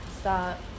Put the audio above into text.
Stop